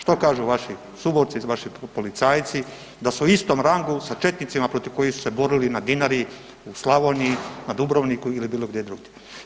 Što kažu vaši suborci, vaši policajci da su u istom rangu sa četnicima protiv kojih su se borili na Dinari, u Slavoniji, na Dubrovniku ili bilo gdje drugdje?